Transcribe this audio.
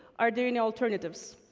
are there any alternatives?